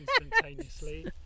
instantaneously